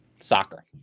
soccer